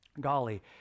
golly